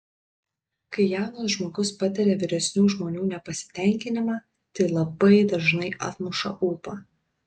kai jaunas žmogus patiria vyresnių žmonių nepasitenkinimą tai labai dažnai atmuša ūpą